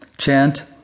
Chant